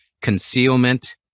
concealment